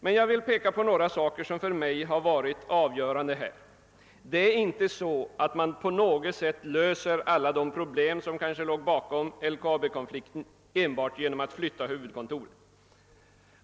Men jag vill peka på några frågor som för mig har varit avgörande. Man löser inte på något sätt alla de problem som låg bakom LKAB-konflikten enbart genom att flytta huvudkontoret.